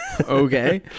Okay